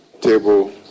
table